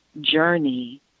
journey